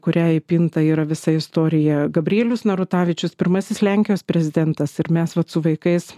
kurią įpinta yra visa istorija gabrielius narutavičius pirmasis lenkijos prezidentas ir mes vat su vaikais